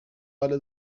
حالو